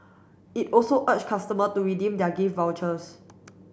it also urge customer to redeem their gift vouchers